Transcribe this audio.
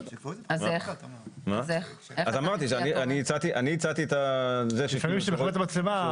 אני הצעתי שיראו אותו כל הזמן.